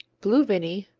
blue vinny,